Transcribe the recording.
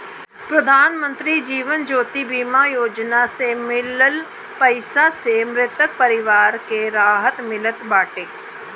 प्रधानमंत्री जीवन ज्योति बीमा योजना से मिलल पईसा से मृतक के परिवार के राहत मिलत बाटे